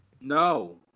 No